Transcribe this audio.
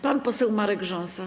Pan poseł Marek Rząsa.